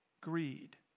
greed